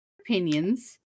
Opinions